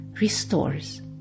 restores